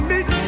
Meet